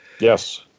yes